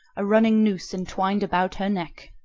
a running noose entwined about her neck.